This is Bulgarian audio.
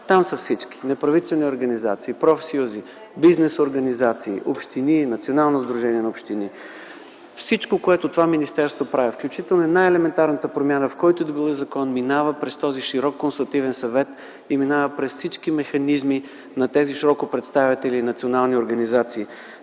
Там са всички – неправителствени организации, профсъюзи, бизнес организации, общини, Национално сдружение на общините. Всичко, което това министерство прави, включително и най-елементарната промяна, в който и да било закон, минава през този широк консултативен съвет и през всички механизми на тези широко представени национални организации.